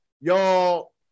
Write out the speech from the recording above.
y'all